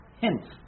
hints